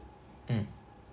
mm